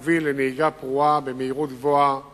הוא מוביל לנהיגה פרועה במהירות גבוהה